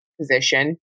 position